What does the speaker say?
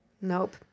Nope